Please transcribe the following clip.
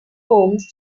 homes